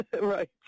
Right